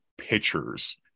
pitchers